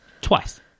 twice